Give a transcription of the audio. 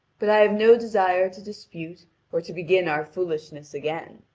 but i have no desire to dispute or to begin our foolishness again.